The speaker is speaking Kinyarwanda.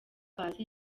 paccy